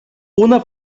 una